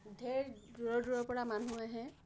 ঢেৰ দূৰৰ দূৰৰপৰা মানুহ আহে